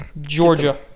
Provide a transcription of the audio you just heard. Georgia